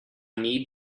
need